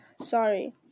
sorry